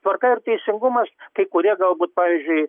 tvarka ir teisingumas kai kurie galbūt pavyzdžiui